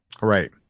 right